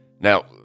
Now